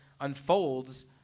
unfolds